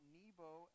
Nebo